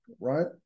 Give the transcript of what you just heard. right